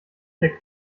herr